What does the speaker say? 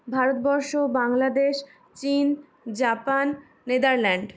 ভারতবর্ষ বাংলাদেশ চীন Japan Netherland